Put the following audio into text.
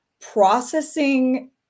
processing